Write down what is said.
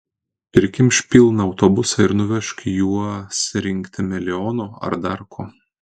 prikimšk pilną autobusą ir nuvežk juos rinkti melionų ar dar ko